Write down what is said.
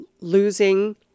losing